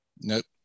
Nope